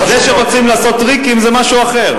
זה שרוצים לעשות טריקים, זה משהו אחר.